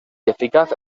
eficaz